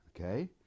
Okay